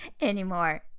anymore